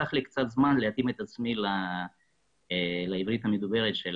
לקח לי קצת זמן להתאים את עצמי לעברית המדוברת של